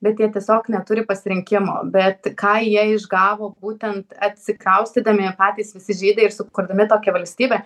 bet jie tiesiog neturi pasirinkimo bet ką jie išgavo būtent atsikraustydami patys visi žydai ir sukurdami tokią valstybę